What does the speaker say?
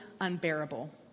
unbearable